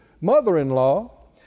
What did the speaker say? mother-in-law